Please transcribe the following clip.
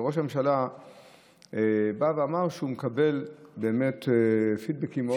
וראש הממשלה בא ואמר שהוא מקבל באמת פידבקים טובים מאוד,